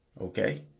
Okay